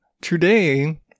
today